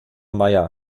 meier